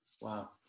Wow